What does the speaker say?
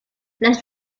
las